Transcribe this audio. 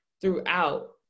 throughout